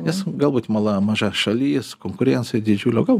nes galbūt mala maža šalis konkurencija didžiulė o gal